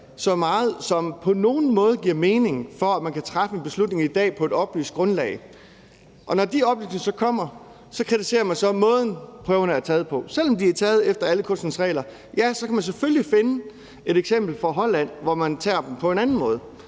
som på nogen måde giver mening, for at man i dag kan træffe en beslutning på et oplyst grundlag. Når de oplysninger så kommer, kritiserer man så måden, prøverne er taget på, selv om de er taget efter alle kunstens regler. Selvfølgelig kan man finde et eksempel fra Holland, hvor man tager dem på en anden måde,